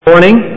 Morning